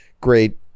great